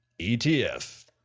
ETF